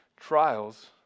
trials